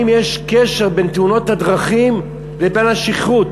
יש קשר בין תאונות הדרכים לבין השכרות.